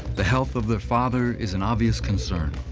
the health of the father is an obvious concern.